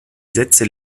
sätze